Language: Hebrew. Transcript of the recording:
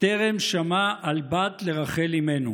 טרם שמע על בת לרחל אימנו,